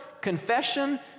confession